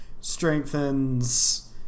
strengthens